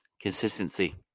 consistency